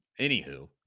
Anywho